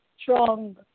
strong